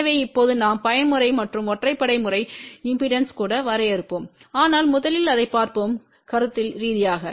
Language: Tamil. எனவே இப்போது நாம் பயன்முறை மற்றும் ஒற்றைப்படை முறை இம்பெடன்ஸ்களை கூட வரையறுப்போம் ஆனால் முதலில் அதைப் பார்ப்போம் கருத்தியல் ரீதியாக